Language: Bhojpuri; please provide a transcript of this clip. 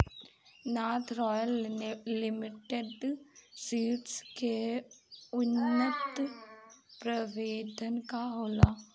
नार्थ रॉयल लिमिटेड सीड्स के उन्नत प्रभेद का होला?